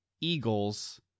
Eagles